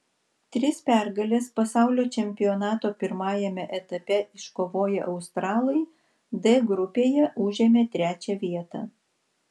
tris pergales pasaulio čempionato pirmajame etape iškovoję australai d grupėje užėmė trečią vietą